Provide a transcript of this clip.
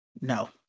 No